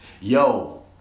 Yo